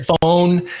phone